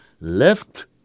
Left